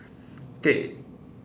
K